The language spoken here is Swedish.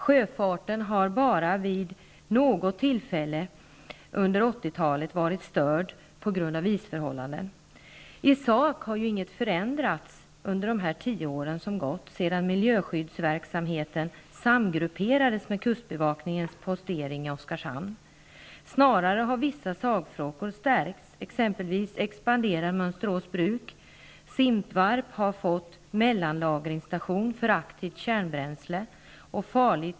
Sjöfarten har bara vid något tillfälle under 80-talet varit störd på grund av isförhållanden. I sak har inget förändrats under de 10 år som gått sedan miljöskyddsverksamheten samgrupperades med kustbevakningens postering i Oskarshamn. Snarare har vissa sakfrågor stärkts, t.ex. expanderar Mönsterås bruk. Simpvarp har fått mellanlagringsstation för aktivt kärnbränsle.